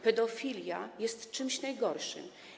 Pedofilia jest czymś najgorszym.